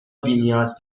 بینیاز